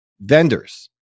vendors